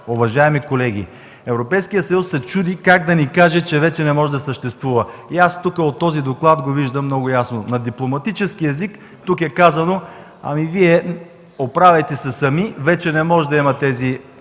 уважаеми колеги. И Европейският съюз се чуди как да ни каже, че вече не може да съществува. И аз от този доклад го виждам много ясно. На дипломатически език тук е казано: „Оправяйте се сами, вече не може да има тези